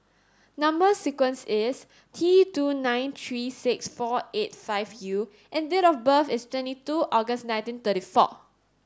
number sequence is T two nine three six four eight five U and date of birth is twenty two August nineteen thirty four